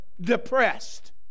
depressed